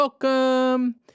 welcome